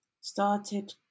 started